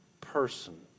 person